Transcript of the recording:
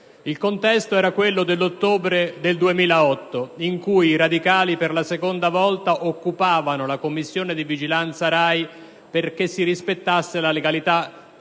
[Il contesto era quello dell'ottobre del 2008 in cui i radicali per la seconda volta occupavano la Commissione di vigilanza Rai perché si rispettasse la legalità